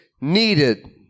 needed